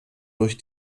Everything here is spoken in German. durch